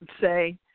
Say